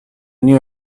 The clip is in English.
new